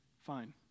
fine